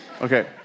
Okay